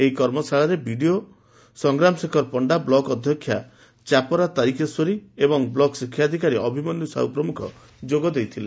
ଏହି କର୍ମଶାଳାରେ ବିଡିଓ ସଂଗ୍ରାମ ଶେଖର ପଶ୍ତା ବ୍ଲକ ଅଧ୍ଧକ୍ଷା ଚାପରା ତାରିକେଶ୍ୱରୀ ଏବଂ ବ୍ଲକ ଶିକ୍ଷାଧିକାରୀ ଅଭିମନ୍ୟୁ ସାହୁ ପ୍ରମୁଖ ଯୋଗଦେଇଥ୍ଲେ